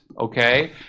Okay